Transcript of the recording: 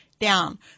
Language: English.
down